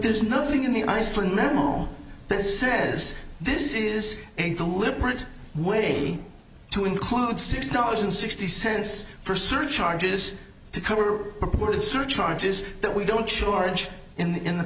there's nothing in the iceland manual that says this is a deliberate way to include six dollars and sixty cents for surcharges to cover purported surcharges that we don't charge in